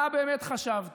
מה באמת חשבת?